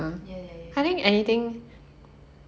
ya ya ya